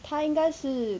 他应该是